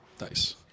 Nice